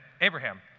Abraham